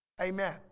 Amen